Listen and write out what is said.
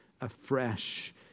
afresh